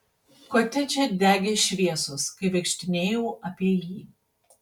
kotedže degė šviesos kai vaikštinėjau apie jį